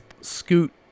scoot